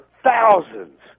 thousands